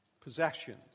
Possessions